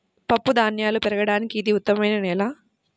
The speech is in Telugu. పప్పుధాన్యాలు పెరగడానికి ఇది ఉత్తమమైన నేల